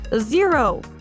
zero